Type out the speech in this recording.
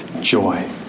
joy